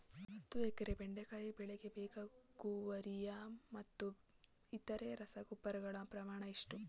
ಹತ್ತು ಎಕರೆ ಬೆಂಡೆಕಾಯಿ ಬೆಳೆಗೆ ಬೇಕಾಗುವ ಯೂರಿಯಾ ಮತ್ತು ಇತರೆ ರಸಗೊಬ್ಬರಗಳ ಪ್ರಮಾಣ ಎಷ್ಟು?